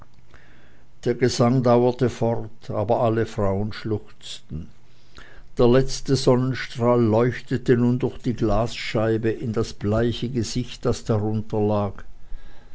der gesang dauerte fort aber alle frauen schluchzten der letzte sonnenstrahl leuchtete nun durch die glasscheibe in das bleiche gesicht das darunter lag